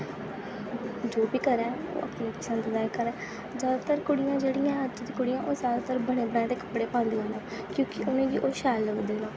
जो बी करै अपनी पसंद दा करै जैदातर कुड़ियां जेह्ड़ियां अज्ज दियां कुड़ियां जैदतर बने बनाए दे कपड़े पांदिया क्योंकि उ'नेंगी ओह् शैल लगदे